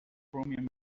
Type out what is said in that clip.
chromium